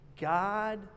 God